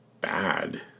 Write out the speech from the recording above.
bad